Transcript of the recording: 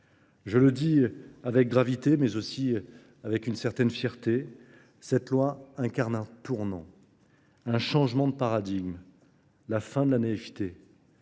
Je le dis avec gravité, mais aussi avec une certaine fierté, cette loi incarne un tournant, un changement de paradigme, la fin de l'annévité,